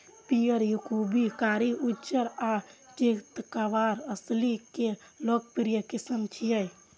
पीयर, याकूब, कारी, उज्जर आ चितकाबर असील के लोकप्रिय किस्म छियै